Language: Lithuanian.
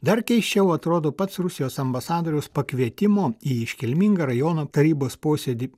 dar keisčiau atrodo pats rusijos ambasadoriaus pakvietimo į iškilmingą rajono tarybos posėdį